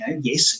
Yes